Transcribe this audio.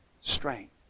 strength